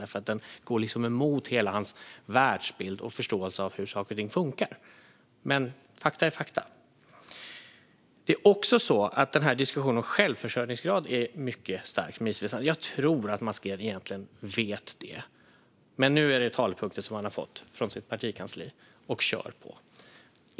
Den går emot hela hans världsbild och förståelse av hur saker och ting fungerar. Men fakta är fakta. Diskussionen om självförsörjningsgrad är också mycket starkt missvisande. Jag tror att Mats Green egentligen vet det. Men nu är det talepunkter han har fått från sitt partikansli, och han kör på det.